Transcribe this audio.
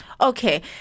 okay